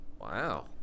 Wow